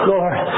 Lord